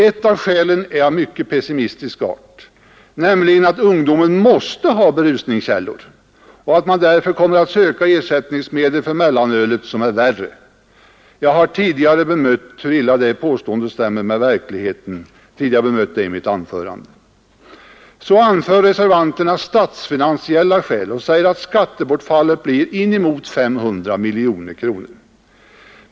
Ett av skälen är av mycket pessimistisk art, nämligen att ungdomen måste ha berusningskällor och att den därför kommer att söka ersättningsmedel för mellanölet som är värre. Jag har tidigare i mitt anförande talat om hur illa det påståendet stämmer överens med verkligheten. Så anför reservanterna statsfinansiella skäl och säger att skattebortfallet blir inemot 500 miljoner kronor.